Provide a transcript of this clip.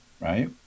right